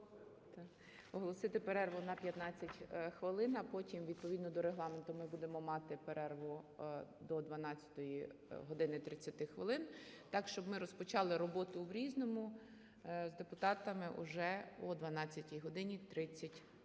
Оголосити перерву на 15 хвилин. А потім, відповідно до Регламенту, ми будемо мати перерву до 12 години 30 хвилин. Так, щоб ми розпочали роботу в "Різному" з депутатами вже о 12 годині 30 хвилин.